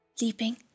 leaping